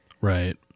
Right